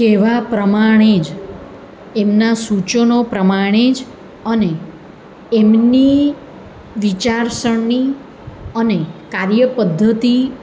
કહેવા પ્રમાણે જ એમના સૂચનો પ્રમાણે જ અને એમની વિચારસરણી અને કાર્ય પદ્ધતિ